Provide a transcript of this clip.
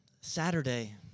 Saturday